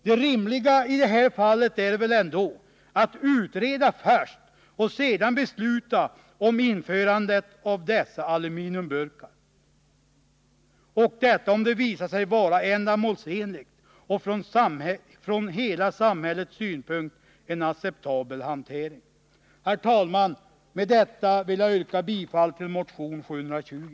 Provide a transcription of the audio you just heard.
Det rimliga i det här fallet är väl ändå att utreda först och sedan besluta om införande av dessa aluminiumburkar, och detta om det visar sig vara ändamålsenligt och hanteringen från hela samhällets synpunkt är acceptabel. Herr talman! Med detta vill jag yrka bifall till motion 720.